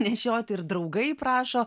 nešioti ir draugai prašo